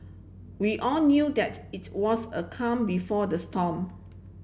we all knew that its was a calm before the storm